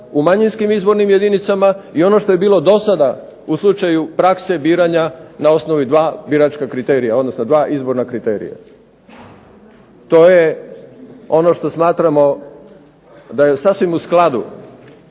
u manjinskim izbornim jedinicama, i ono što je bilo do sada u slučaju prakse biranja na osnovi dva biračka kriterija, odnosno dva izborna kriterija. To je ono što smatramo da je sasvim u skladu